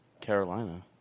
Carolina